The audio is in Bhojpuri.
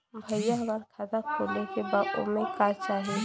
भईया हमार खाता खोले के बा ओमे का चाही?